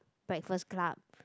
breakfast club